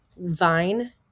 Vine